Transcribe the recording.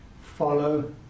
follow